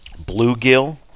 bluegill